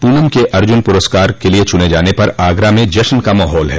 पूनम के अर्जुन पुरस्कार के लिए चुने जाने पर आगरा में जश्न का माहौल है